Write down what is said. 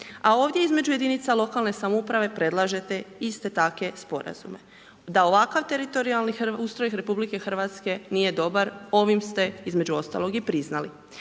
A ovdje između jedinica lokalne samouprave predlažete iste takve sporazume. Da ovakav teritorijalni ustroj RH nije dobar ovim ste između ostaloga i priznali.